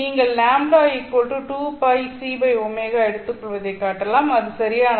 நீங்கள் λ2πcω எடுத்துக்கொள்வதைக் காட்டலாம் அது சரியானதா